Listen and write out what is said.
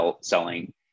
selling